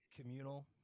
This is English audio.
communal